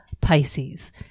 Pisces